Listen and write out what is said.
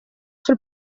sul